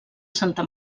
santa